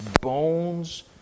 bones